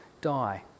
die